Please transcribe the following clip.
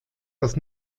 das